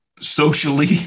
socially